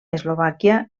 eslovàquia